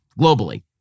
globally